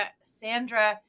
Sandra